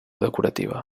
decorativa